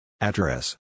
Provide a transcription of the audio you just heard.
Address